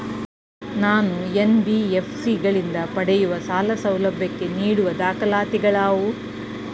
ನಾನು ಎನ್.ಬಿ.ಎಫ್.ಸಿ ಗಳಿಂದ ಪಡೆಯುವ ಸಾಲ ಸೌಲಭ್ಯಕ್ಕೆ ನೀಡುವ ದಾಖಲಾತಿಗಳಾವವು?